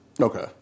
Okay